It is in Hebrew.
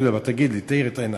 אדרבה, תגיד לי, תאיר את עיני.